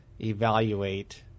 Evaluate